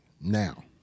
now